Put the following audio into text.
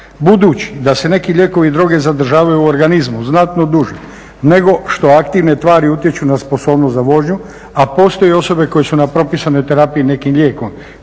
Budući da se neki lijekovi i droge zadržavaju u organizmu znatno duže nego što aktivne tvari utječu na sposobnost za vožnju a postoje osobe koje su na propisanoj terapiji nekim lijekom